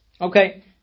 Okay